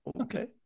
Okay